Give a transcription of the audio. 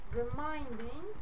reminding